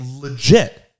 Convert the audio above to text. legit